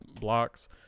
blocks